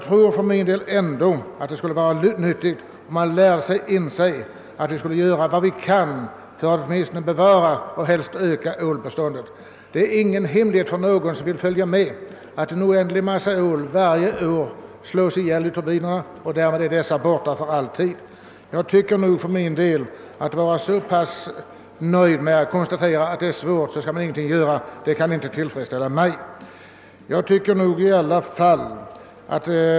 Vi borde lära oss att inse att vi måste göra vad vi kan för att åtminstone bevara ålbeståndet. Det är ingen hemlighet för någon som vill följa med, att en oändlig massa ål varje år slås ihjäl i turbinerna. Det kan inte tillfredsställa mig att man konstaterar att det är så svårt att åstadkomma en lösning av denna fråga, att ingenting bör göras.